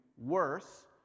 worse